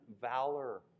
valor